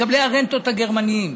מקבלי הרנטות מגרמניה,